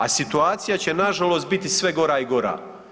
A situacija će na žalost biti sve gora i gora.